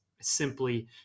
simply